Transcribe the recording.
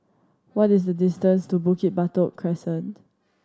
what is the distance to Bukit Batok Crescent